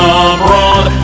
abroad